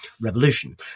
Revolution